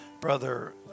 Brother